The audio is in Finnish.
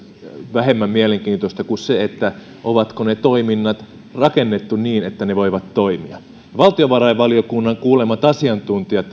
vähemmän mielenkiintoista kuin se onko ne toiminnat rakennettu niin että ne voivat toimia valtiovarainvaliokunnan näiden lakiesitysten yhteydessä kuulemat asiantuntijat